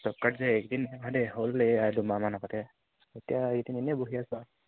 job card যে এইকেইদিন নহয় দেই হ'ল আৰু দুমাহমান আগতে এতিয়া এইকেইদিন এনেই বহি আছোঁ আৰু